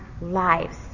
lives